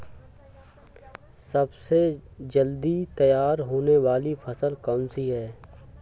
सबसे जल्दी तैयार होने वाली फसल कौन सी है?